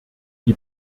die